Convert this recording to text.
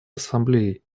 ассамблеей